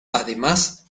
además